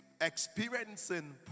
Experiencing